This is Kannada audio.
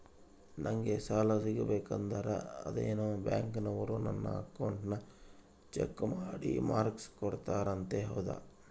ನಂಗೆ ಸಾಲ ಸಿಗಬೇಕಂದರ ಅದೇನೋ ಬ್ಯಾಂಕನವರು ನನ್ನ ಅಕೌಂಟನ್ನ ಚೆಕ್ ಮಾಡಿ ಮಾರ್ಕ್ಸ್ ಕೊಡ್ತಾರಂತೆ ಹೌದಾ?